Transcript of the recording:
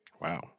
Wow